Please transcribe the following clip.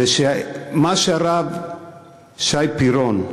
זה מה שהרב שי פירון,